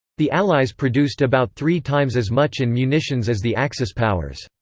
the allies produced about three times as much in munitions as the axis powers.